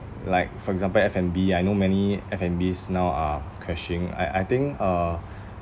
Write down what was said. like for example f and b I know many F&Bs now are crashing I I think uh